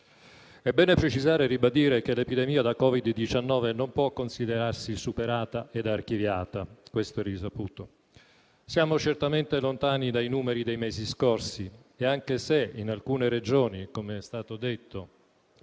È bene precisare e ribadire che l'epidemia da Covid-19 non può considerarsi superata e archiviata, questo è risaputo. Siamo certamente lontani dai numeri dei mesi scorsi e, anche se in alcune Regioni - com'è stato detto